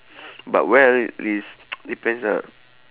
but well is depends ah